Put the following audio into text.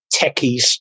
techies